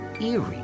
eerie